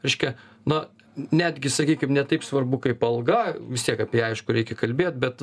reiškia na netgi sakykim ne taip svarbu kaip alga vis tiek apie ją aišku reikia kalbėt bet